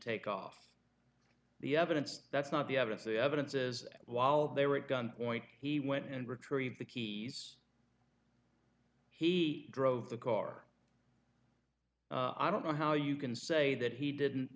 take off the evidence that's not the evidence the evidence is that while they were at gunpoint he went and retrieve the keys he drove the car i don't know how you can say that he didn't